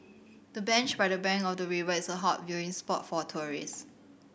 the bench by the bank of the river is a hot viewing spot for tourist